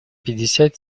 пятьдесят